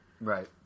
Right